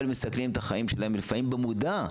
אבל מסכנים את החיים שלהם לפעמים במודע.